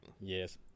Yes